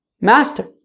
Master